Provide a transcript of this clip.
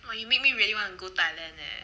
!wah! you made me really want to go thailand leh